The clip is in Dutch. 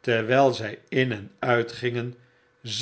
terwyl zij in en uitgingen